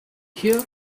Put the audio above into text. here